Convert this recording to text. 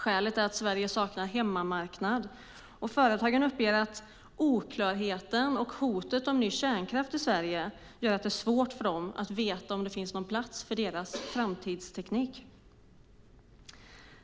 Skälet är att Sverige saknar en hemmamarknad. Företagen uppger att oklarhet samt hotet om ny kärnkraft i Sverige gör det svårt för dem att veta om det finns plats för deras framtidsteknik.